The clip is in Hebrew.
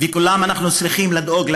ולכולם אנחנו צריכים לדאוג,